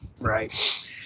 right